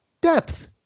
depth